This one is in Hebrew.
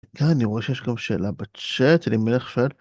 כאן אני רואה שיש גם שאלה בצ'אט, אלימלך שואל